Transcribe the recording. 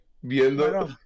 viendo